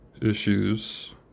issues